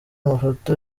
mafoto